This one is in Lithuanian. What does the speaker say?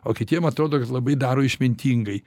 o kitiem atrodo kad labai daro išmintingai